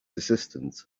assistant